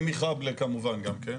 ומחבלה כמובן גם כן,